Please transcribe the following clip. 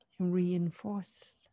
Reinforce